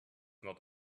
not